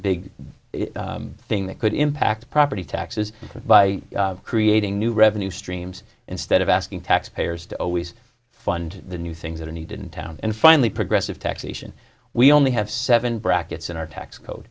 big thing that could impact property taxes by creating new revenue streams instead of asking taxpayers to always fund the new things that are needed in town and finally progressive taxation we only have seven brackets in our tax